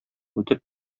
үтеп